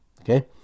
Okay